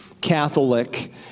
Catholic